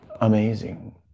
amazing